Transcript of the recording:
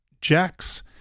Jacks